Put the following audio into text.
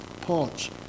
porch